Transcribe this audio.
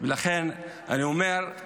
ולכן אני אומר,